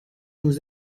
nous